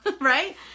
right